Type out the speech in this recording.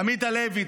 עמית הלוי,